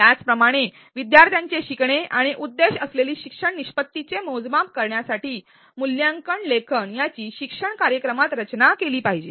त्याच प्रमाणे विद्यार्थ्यांचे शिकणे आणि उद्देश असलेली शिक्षण निष्पत्ती चे मोजमाप करण्यासाठी मूल्यांकन लेखन याची शिक्षण कार्यक्रमात रचना केली पाहिजे